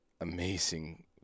amazing